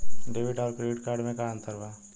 Debit आउर credit card मे का अंतर बा?